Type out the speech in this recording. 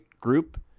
group